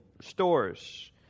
stores